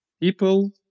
people